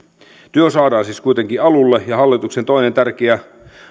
työ saadaan siis kuitenkin alulle ja hallituksen toinen tärkeä